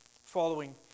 following